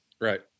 right